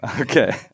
Okay